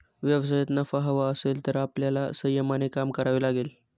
व्यवसायात नफा हवा असेल तर आपल्याला संयमाने काम करावे लागेल